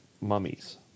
mummies